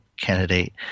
candidate